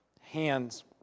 hands